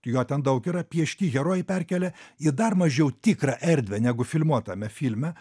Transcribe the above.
jo ten daug yra piešti herojai perkelia ir dar mažiau tikrą erdvę negu filmuotame filme